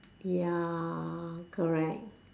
ya correct